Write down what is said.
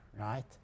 right